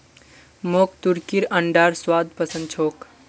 मोक तुर्कीर अंडार स्वाद पसंद छोक